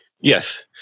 Yes